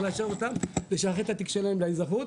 לאשר אותם ולשחרר את התיק שלהם לאזרחות